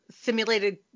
simulated